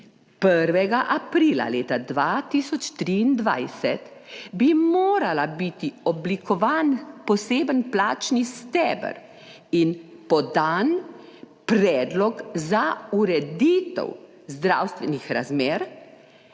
1. aprila leta 2023 bi morala biti oblikovan poseben plačni steber in podan predlog za ureditev zdravstvenih razmer;